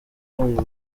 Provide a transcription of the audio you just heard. uyu